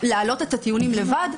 להעלות את הטיעונים לבד.